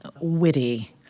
witty